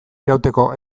irauteko